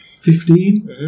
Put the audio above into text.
Fifteen